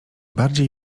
bardziej